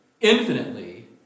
infinitely